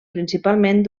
principalment